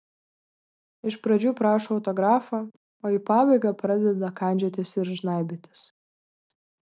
iš pradžių prašo autografo o į pabaigą pradeda kandžiotis ir žnaibytis